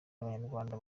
abanyarwanda